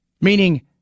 Meaning